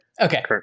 Okay